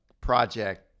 project